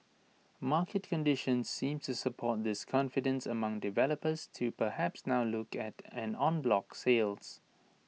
market conditions seems to support this confidence among developers to perhaps now look at en bloc sales